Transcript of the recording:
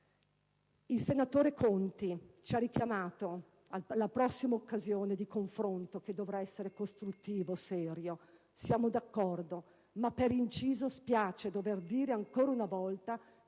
Il senatore Conti ci ha richiamato alla prossima occasione di confronto, che dovrà essere costruttivo e serio; siamo d'accordo, ma - per inciso - spiace dover dire ancora una volta che